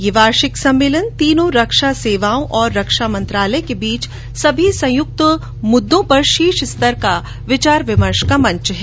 यह वार्षिक सम्मेलन तीनों रक्षा सेवाओं और रक्षा मंत्रालय के बीच सभी संयुक्त मुद्दों पर शीर्ष स्तर पर विचार विमर्श का मंच है